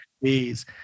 Please